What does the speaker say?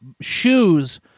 shoes